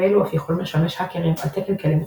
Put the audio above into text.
ואלו אף יכולים לשמש האקרים על תקן כלים אוטומטיים.